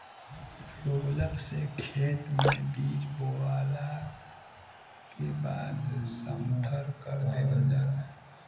roller से खेत में बीज बोवला के बाद समथर कर देवल जाला